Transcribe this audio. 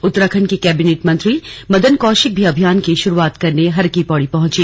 उत्तराखंड के कैबिनेट मंत्री मदन कौशिक भी अभियान की शुरुआत करने हरकी पैड़ी पहुंचे